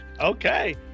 Okay